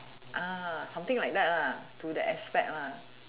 uh something like that lah to that aspect lah